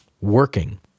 working